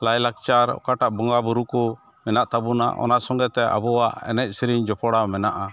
ᱞᱟᱭᱞᱟᱠᱪᱟᱨ ᱚᱠᱟᱴᱟᱜ ᱵᱚᱸᱜᱟᱵᱩᱨᱩ ᱠᱚ ᱢᱮᱱᱟᱜ ᱛᱟᱵᱚᱱᱟ ᱚᱱᱟ ᱥᱚᱸᱜᱮᱛᱮ ᱟᱵᱚᱣᱟᱜ ᱮᱱᱮᱡᱼᱥᱮᱨᱮᱧ ᱡᱚᱯᱲᱟᱣ ᱢᱮᱱᱟᱜᱼᱟ